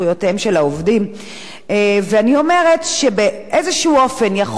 ואני אומרת שבאיזה אופן יכול להיות מאוד שאם